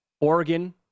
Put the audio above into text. Oregon